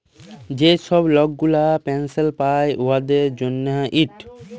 যে ছব লক গুলা পেলসল পায় উয়াদের জ্যনহে ইট